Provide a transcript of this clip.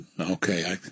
Okay